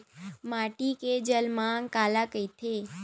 माटी के जलमांग काला कइथे?